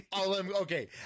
Okay